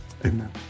amen